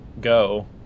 go